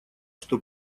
что